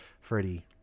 Freddie